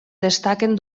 destaquen